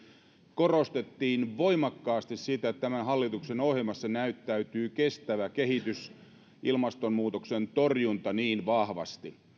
korostettiin voimakkaasti sitä että tämän hallituksen ohjelmassa näyttäytyy kestävä kehitys ja ilmastonmuutoksen torjunta niin vahvasti